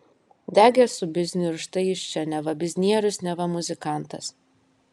degė su bizniu ir štai jis čia neva biznierius neva muzikantas